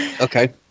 okay